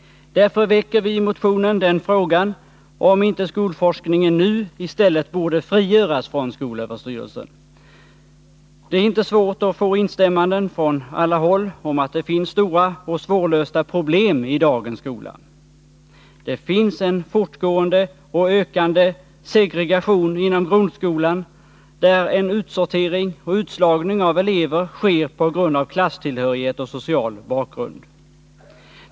Därför väcker vi i motionen frågan, om inte skolforskningen nu i stället borde frigöras från skolöverstyrelsen. Det är inte svårt att få instämmanden från alla håll i att det finns stora och svårlösta problem i dagens skola. Det finns en fortgående och ökande segregation inom grundskolan, där en utsortering och utslagning av elever sker på grund av klasstillhörighet och social bakgrund.